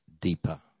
deeper